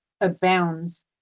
abounds